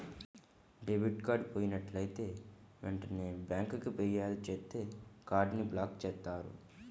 debit card పోయినట్లైతే వెంటనే బ్యేంకుకి ఫిర్యాదు చేత్తే కార్డ్ ని బ్లాక్ చేత్తారు